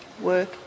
work